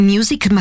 Music